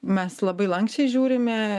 mes labai lanksčiai žiūrime